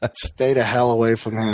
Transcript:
ah stay the hell away from him.